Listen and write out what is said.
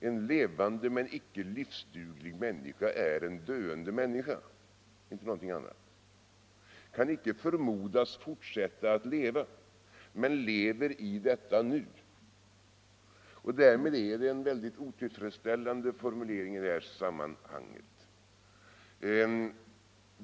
En levande, men icke livsduglig människa är en döende människa — inte någonting annat — som inte kan förmodas fortsätta leva men som lever i detta nu. Därmed är det en väldigt otillfredsställande formulering — levande, men icke livsduglig.